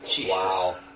Wow